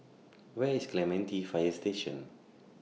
Where IS Clementi Fire Station